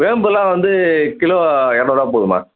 வேம்பெலாம் வந்து கிலோ இரநூறுவா போகுதும்மா